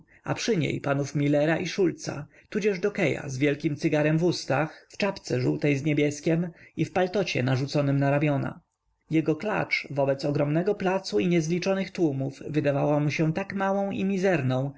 a przy niej panów millera i szulca tudzież dżokieja z wielkiem cygarem w ustach w czapce żółtej z niebieskiem i w paltocie narzuconym na ramiona jego klacz wobec ogromnego placu i niezliczonych tłumów wydała mu się tak małą i mizerną że